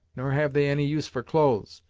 nor have they any use for clothes,